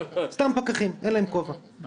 סתם פקחים, אין להם כובע.